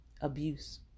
Abuse